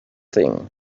thing